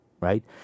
right